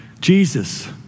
Jesus